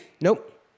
nope